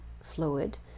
fluid